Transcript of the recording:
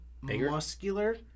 muscular